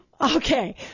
Okay